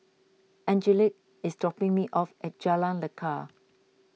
Angelique is dropping me off at Jalan Lekar